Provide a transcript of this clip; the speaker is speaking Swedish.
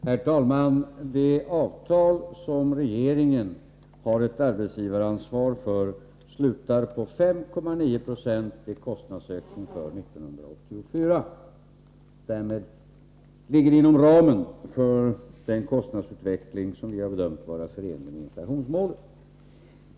Herr talman! Det avtal som regeringen har ett arbetsgivaransvar för slutar på 5,9 20 i kostnadsökning för 1984. Därmed ligger det inom ramen för den kostnadsutveckling som vi har bedömt vara förenlig med inflationsmålet.